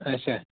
اچھا